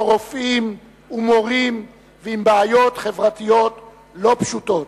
רופאים ומורים ועם בעיות חברתיות לא פשוטות.